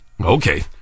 Okay